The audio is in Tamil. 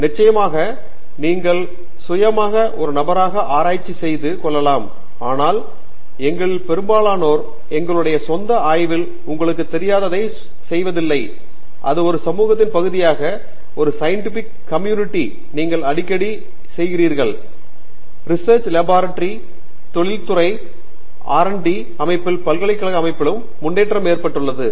நிச்சயமாக நீங்கள் சுயாதீனமான ஒரு நபராக ஆராய்ச்சி செய்து கொள்ளலாம் ஆனால் எங்களில் பெரும்பாலானோர் எங்களுடைய சொந்த ஆய்வில் உங்களுக்குத் தெரியாததைச் செய்வதில்லை அது ஒரு சமூகத்தின் பகுதியாக ஒரு சயின்டிபிக் கம்யூனிட்டி நீங்கள் அடிக்கடி செய்கிறீர்கள் ரிசெர்ச் லபோர்டோரி தொழிற்துறை R மற்றும் D அமைப்பிலும் பல்கலைக்கழக அமைப்பிலும் முன்னேற்றம் ஏற்பட்டுள்ளது